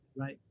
Right